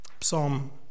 Psalm